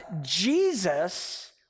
Jesus